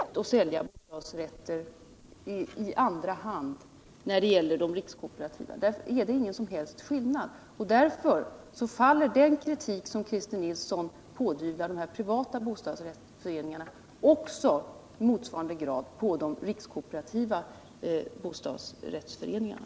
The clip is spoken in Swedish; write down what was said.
Herr talman! Det är inte någon skillnad när det gäller bostadslångivningen mellan rikskooperativa bostadsrättsföreningarna och de bostadsrättsföreningar som bildas på privat initiativ. Man kan också när det gäller de rikskooperativa bostadsrättsföreningarna gå ut och sälja bostadsrätter i andra hand. Eftersom det alltså inte finns någon skillnad drabbar Christer Nilssons kritik av de privata bostadsrättsföreningarna i motsvarande grad också de rikskooperativa bostadsrättsföreningarna.